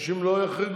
שאנשים לא יחרגו.